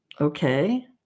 okay